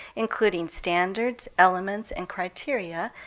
including standards, elements, and criteria,